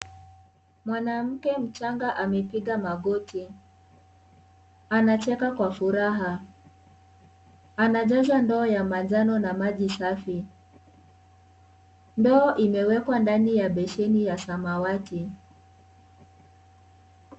Mwanamke mchanga amepiga magoti, anachema kwa furaha anajaza ndoo na manjano na maji misafi. Ndoo imewekwa ndani ya beseni ya samawati.